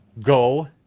go